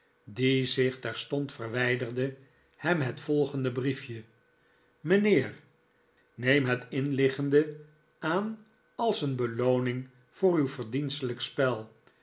die zich terstond verwijderde hem het volgende briefje mijnheer neem het inliggende aan als eene belooning voor uw verdienstelijk spel